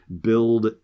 build